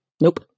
nope